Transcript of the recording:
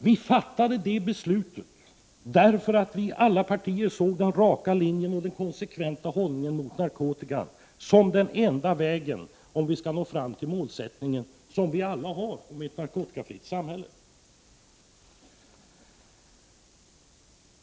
Vi fattade det beslutet därför att alla partier såg den raka linjen och den konsekventa hållningen mot narkotikan som den enda vägen om vi skulle nå fram till målet, som vi alla har, ett narkotikafritt samhälle.